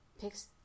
picks